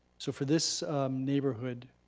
so for this neighborhood,